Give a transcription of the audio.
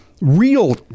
real